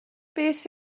beth